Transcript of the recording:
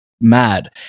mad